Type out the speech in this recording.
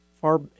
far